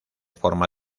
forma